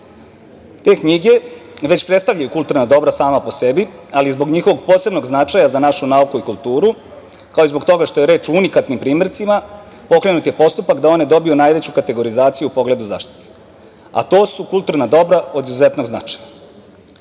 Te knjige već predstavljaju kulturna dobra sama po sebi, ali zbog njihovog posebnog značaja za našu nauku i kulturu, kao i zbog toga što je reč o unikatnim primercima, pokrenut je postupak da one dobiju najveću kategorizaciju u pogledu zaštite, a to su kulturna dobra od izuzetnog značaja. Svakako